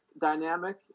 dynamic